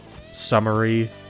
summary